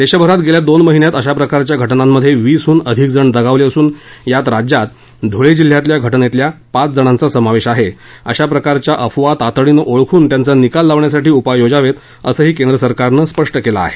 देशभरात गेल्या दोन महिन्यांत अशा प्रकारच्या घटनांमध्ये वीसहून अधिक जण दगावले असून यात राज्यात धुळे जिल्ह्यातल्या घटनेतल्या पाच जणांचा समावेश आहे अशा प्रकारच्या अफवा तातडीनं ओळखून त्यांचा निकाल लावण्यासाठी उपाय योजावेत असंही केंद्र सरकारनं स्पष्ट केलं आहे